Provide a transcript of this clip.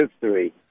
history